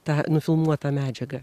tą nufilmuotą medžiagą